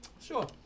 Sure